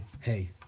Hey